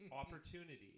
opportunity